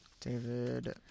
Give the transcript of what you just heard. David